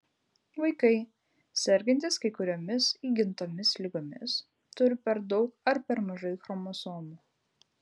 vaikai sergantys kai kuriomis įgimtomis ligomis turi per daug ar per mažai chromosomų